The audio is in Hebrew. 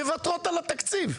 מוותרות על התקציב,